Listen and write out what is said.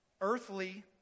Earthly